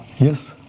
Yes